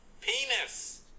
Penis